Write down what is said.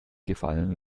gefallen